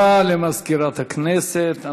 למזכירת הכנסת.